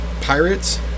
pirates